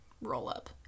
roll-up